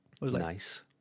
Nice